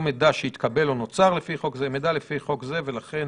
לכן